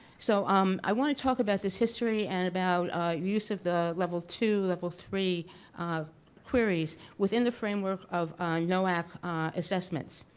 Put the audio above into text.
so um i want to talk about this history and about use of the level two, level three queries within the framework of noac assessments.